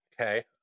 Okay